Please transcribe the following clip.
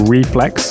Reflex